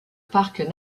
parc